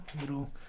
Little